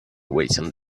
waiting